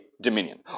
Dominion